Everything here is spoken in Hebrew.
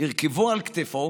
"הרכיבו על כתפו